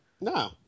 No